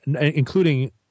including